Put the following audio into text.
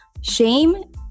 shame